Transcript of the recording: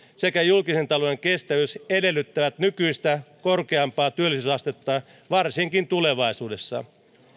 sekä julkisen talouden kestävyys edellyttävät nykyistä korkeampaa työllisyysastetta varsinkin tulevaisuudessa